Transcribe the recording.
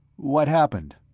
what happened?